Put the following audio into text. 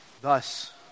Thus